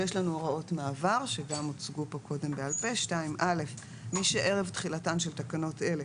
הוראות מעבר 2. (א)מי שערב תחילתן של תקנות אלה